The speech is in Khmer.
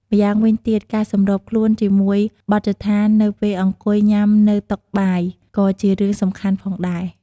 ម្យ៉ាងវិញទៀត ការសម្របខ្លួនជាមួយបទដ្ឋាននៅពេលអង្គុយញ៉ាំនៅតុបាយ ក៏ជារឿងសំខាន់ផងដែរ។